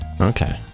Okay